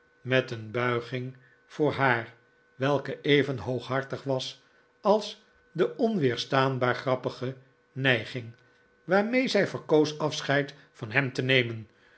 met een buiging voor haar welke even hooghartig was als de onweerstaanbaar grappige nijging waarmee zij verkoos afscheid van hem te nemen